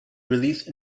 release